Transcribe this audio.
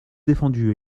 défendu